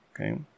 Okay